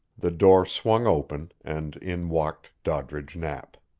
the door swung open, and in walked doddridge knapp.